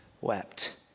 wept